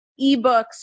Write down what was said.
ebooks